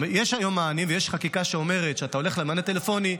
יש היום מענים ויש חקיקה שאומרת שאתה הולך למענה טלפוני,